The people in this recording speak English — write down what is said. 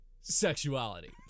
sexuality